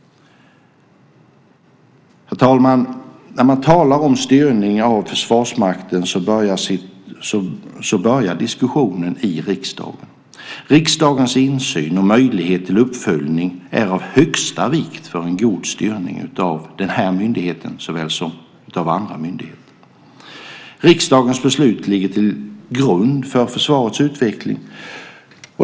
Herr talman! När man talar om styrning av Försvarsmakten börjar diskussionen i riksdagen. Riksdagens insyn och möjlighet till uppföljning är av största vikt för en god styrning av den här myndigheten såväl som de andra myndigheterna. Riksdagens beslut ligger till grund för försvarets utveckling.